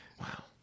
Wow